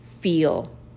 feel